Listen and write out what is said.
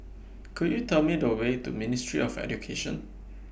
Could YOU Tell Me The Way to Ministry of Education